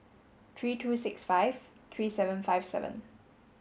three two six five three seven five seven